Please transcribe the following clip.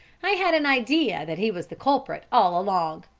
i had an idea that he was the culprit all along.